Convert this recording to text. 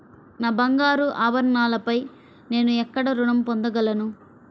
నా బంగారు ఆభరణాలపై నేను ఎక్కడ రుణం పొందగలను?